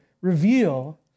reveal